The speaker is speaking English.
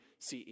CE